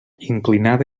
inclinada